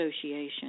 association